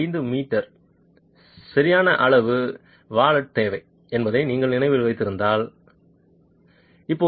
5 metre சரி அளவு வல்லேட் தேவை என்பதை நீங்கள் நினைவில் வைத்திருந்தால் தேவை